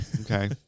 okay